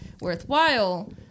worthwhile